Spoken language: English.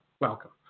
welcome